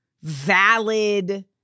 valid